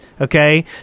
okay